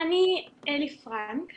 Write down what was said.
אלי פרנק,